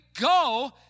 go